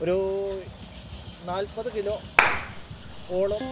ഒരു നാൽപ്പത് കിലോ ഓളം